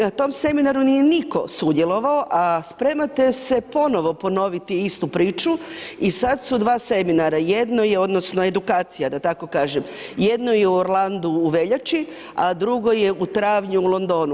Na tom seminaru nije nitko sudjelovao, a spremate se ponovo ponoviti istu priču i sad su dva seminara, jedno je odnosno edukacija da tako kažem, jedno je u Orlandu u veljači, a drugo je u travnju u Londonu.